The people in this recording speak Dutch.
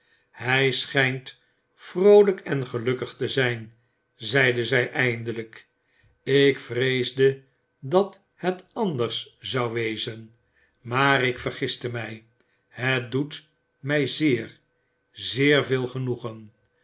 hij schijnt vroolijk en gelukkig te zijn zeide zij eindelijk ik vreesde dat het anders zou wezen maar ik vergiste mij het doet mij zeer zeer veel genoegen